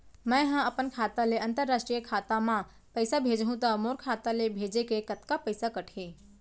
मै ह अपन खाता ले, अंतरराष्ट्रीय खाता मा पइसा भेजहु त मोर खाता ले, भेजे के कतका पइसा कटही?